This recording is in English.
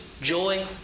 joy